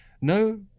no –